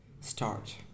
start